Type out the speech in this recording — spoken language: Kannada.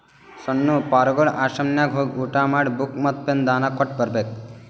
ಸಣ್ಣು ಪಾರ್ಗೊಳ್ ಆಶ್ರಮನಾಗ್ ಹೋಗಿ ಊಟಾ ಮತ್ತ ಬುಕ್, ಪೆನ್ ದಾನಾ ಕೊಟ್ಟ್ ಬರ್ಬೇಕ್